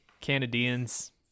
Canadians